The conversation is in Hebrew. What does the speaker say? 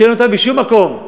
שאין כמותם בשום מקום.